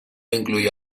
incluyó